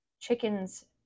chickens